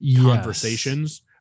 conversations